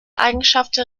eigenschaft